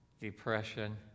depression